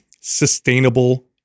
sustainable